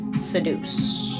seduce